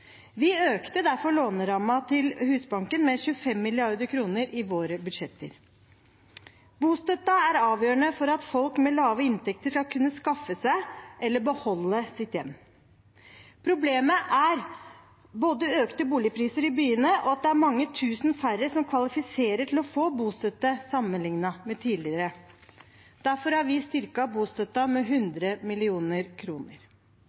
Vi økte derfor Husbankens låneramme til 25 mrd. kr i våre budsjetter. Bostøtten er avgjørende for at folk med lave inntekter skal kunne skaffe seg et hjem eller beholde sitt hjem. Problemet er både økte boligpriser i byene, og at det er mange tusen færre som kvalifiserer til å få bostøtte sammenliknet med tidligere. Derfor har vi styrket bostøtten med